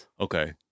okay